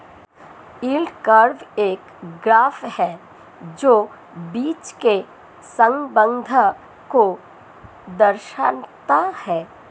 yield curve एक graph है जो बीच के संबंध को दर्शाता है